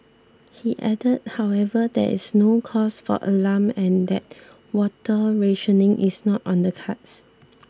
he added however that there is no cause for alarm and that water rationing is not on the cards